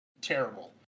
terrible